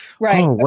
right